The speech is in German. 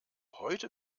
heute